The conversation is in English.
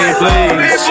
please